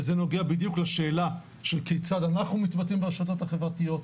וזה נוגע בדיוק לשאלה של כיצד אנחנו מתבטאים ברשתות החברתיות,